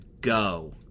go